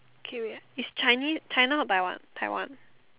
okay wait it's Chinese China or Taiwan Taiwan